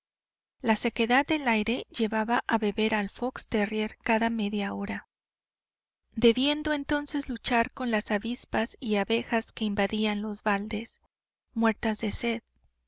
la sequedad del aire llevaba a beber al fox terrier cada media hora debiendo entonces luchar con las avispas y abejas que invadían los baldes muertas de sed